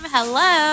Hello